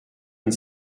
une